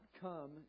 come